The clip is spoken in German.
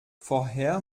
vorher